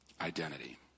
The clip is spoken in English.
identity